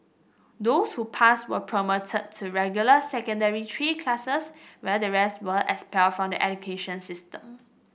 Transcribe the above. those who passed were promoted to regular Secondary Three classes while the rest were expelled from the education system